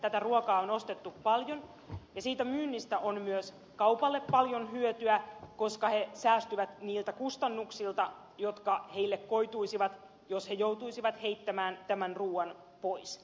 tätä ruokaa on ostettu paljon ja siitä myynnistä on myös kaupalle paljon hyötyä koska he säästyvät niiltä kustannuksilta jotka heille koituisivat jos he joutuisivat heittämään tämän ruuan pois